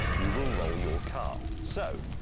you will roll your car. so,